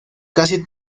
casi